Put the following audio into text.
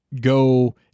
go